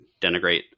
denigrate